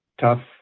tough